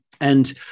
And-